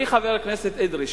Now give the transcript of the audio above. אתה היפר-אקטיבי היום.